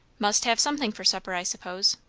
must have something for supper, i suppose.